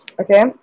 Okay